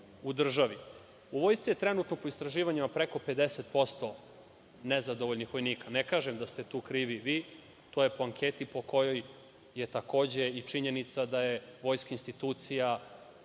Vojsci je trenutno, po istraživanjima, preko 50% nezadovoljnih vojnika. Ne kažem da ste tu krivi vi, to je po anketi po kojoj je takođe i činjenica da je Vojska institucija